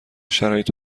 شرایط